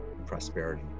prosperity